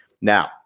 Now